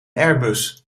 airbus